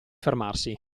fermarsi